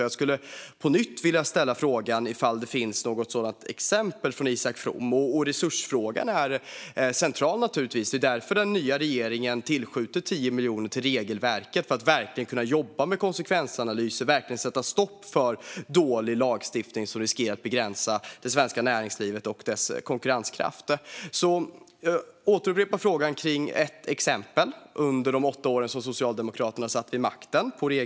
Jag skulle därför på nytt vilja ställa frågan till Isak From om det finns något sådant exempel. Resursfrågan är naturligtvis central. Det är därför som den nya regeringen tillskjuter 10 miljoner för att kunna jobba med konsekvensanalys och verkligen sätta stopp för dålig lagstiftning som riskerar att begränsa det svenska näringslivet och dess konkurrenskraft. Jag vill upprepa frågan om ett exempel på regelförenklingsområdet från de åtta år som Socialdemokraterna satt vid makten.